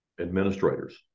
administrators